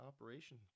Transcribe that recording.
operation